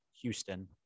Houston